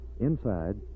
Inside